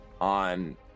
on